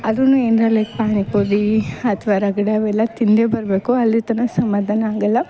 ಅದನ್ನು ಏನರ ಲೈಕ್ ಪಾನಿಪೂರಿ ಅಥ್ವ ರಗಡ ಅವೆಲ್ಲ ತಿಂದೇ ಬರಬೇಕು ಅಲ್ಲಿ ತನಕ ಸಮಾಧಾನ ಅಗೋಲ್ಲ